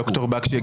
ד"ר בקשי,